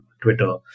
Twitter